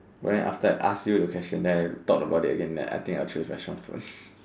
but then after I ask you the question then I thought about it again then I think I would choose restaurant food